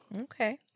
Okay